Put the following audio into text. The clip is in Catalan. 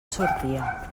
sortia